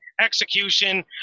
execution